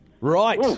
Right